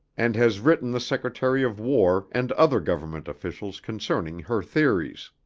and has written the secretary of war and other government officials concerning her theories.